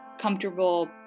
comfortable